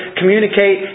communicate